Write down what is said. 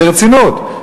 ברצינות,